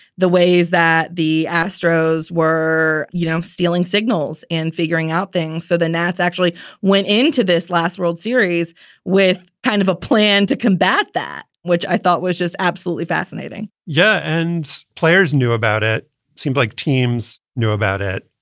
the ways that the astros were, you know, stealing signals signals and figuring out things. so the nats actually went into this last world series with kind of a plan to combat that, which i thought was just absolutely fascinating yeah. and players knew about it seems like teams knew about it.